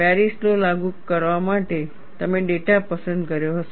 Paris law લાગુ કરવા માટે તમે ડેટા પસંદ કર્યો હશે